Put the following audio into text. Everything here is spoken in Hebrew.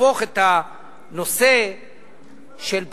להפוך את הנושא של בחירה,